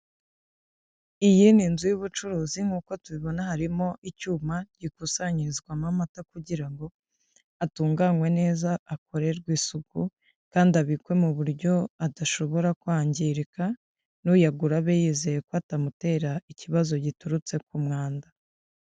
Iyi ni inzu y'ubucuruzi nk'uko tubibona harimo icyuma gikusanyirizwamo amata kugira ngo atunganwe neza, akorerwe isuku kandi abikwe mu buryo adashobora kwangirika n'uyagura abe yizeye ko atamutera ikibazo giturutse ku mwanda.